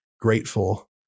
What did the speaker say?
grateful